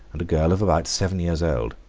and a girl of about seven, years old.